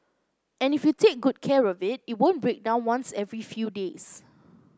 and if you take good care of it it won't break down once every few days